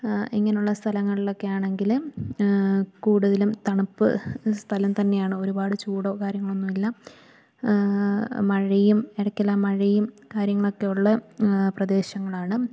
ഇങ്ങനെയുള്ള സ്ഥലങ്ങളിലൊക്കെ ആണെങ്കില് കൂടുതലും തണുപ്പു സ്ഥലം തന്നെയാണ് ഒരുപാട് ചൂടോ കാര്യങ്ങളോ ഒന്നുമില്ല മഴയും ഇടയ്ക്കെല്ലാം മഴയും കാര്യങ്ങളൊക്കെയുള്ള പ്രദേശങ്ങളാണ്